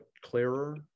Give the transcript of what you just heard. clearer